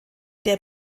der